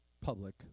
public